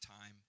time